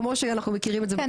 כמו שאנחנו מכירים את זה.